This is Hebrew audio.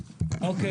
אוקיי.